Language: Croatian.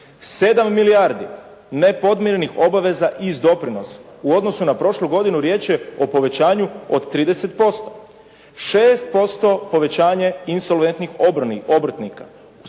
7 milijardi nepodmirenih obaveza iz doprinosa. U odnosu na prošlu godinu riječ je o povećanju od 30%. 6% povećanje insolventnih obrtnika